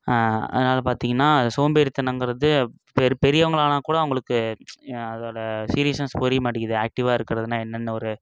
அதனால பார்த்திங்கனா சோம்பேறித்தனங்கிறது பெ பெரியவங்க ஆனால் கூட அவங்களுக்கு அதோடய சீரியஸ்னஸ் புரிய மாட்டேங்கிது ஆக்ட்டிவாக இருக்கிறதுனா என்னன்னு ஒரு